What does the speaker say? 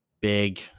big